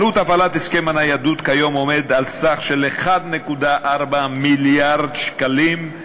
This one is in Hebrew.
עלות הפעלת הסכם הניידות כיום עומדת על סך של 1.4 מיליארד שקלים,